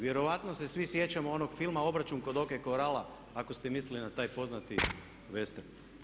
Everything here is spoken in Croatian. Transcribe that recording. Vjerojatno se svi sjećamo onog filma „Obračun kod O.K. Corrala“ ako ste mislili na taj poznati vestern.